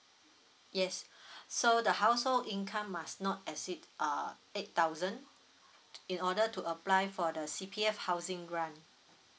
yes so the household income must not exceed uh eight thousand in order to apply for the C_P_F housing grant